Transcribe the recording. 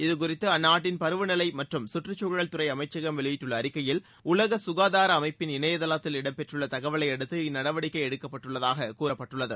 இது குறித்து அந்நாட்டின் பருவநிலை மாற்றம் கற்றுச்சூழல் துறை அமைச்சகம் வெளியிட்டுள்ள அறிக்கையில் உலக சுகாதார அமைப்பின் இணையதளத்தில் இடம் பெற்றுள்ள தகவலை அடுத்து இந்நடவடிக்கை எடுக்கப்பட்டுள்ளதாக கூறப்பட்டுள்ளது